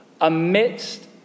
amidst